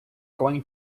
going